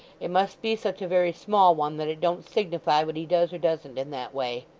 it must be such a very small one, that it don't signify what he does or doesn't in that way.